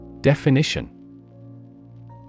Definition